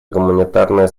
гуманитарное